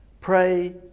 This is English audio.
Pray